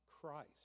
Christ